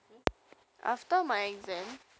then tomorrow what subject you have